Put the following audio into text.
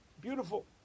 Beautiful